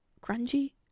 grungy